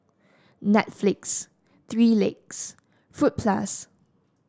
Netflix Three Legs Fruit Plus